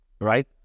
right